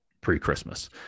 Pre-Christmas